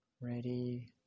Ready